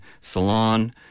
Salon